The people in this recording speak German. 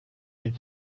den